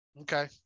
Okay